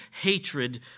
hatred